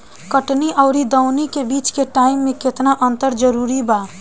कटनी आउर दऊनी के बीच के टाइम मे केतना अंतर जरूरी बा?